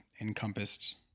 encompassed